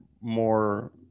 more